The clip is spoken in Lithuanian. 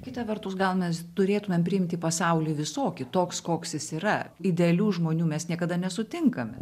kita vertus gal mes turėtumėm priimti pasaulį visokį toks koks jis yra idealių žmonių mes niekada nesutinkame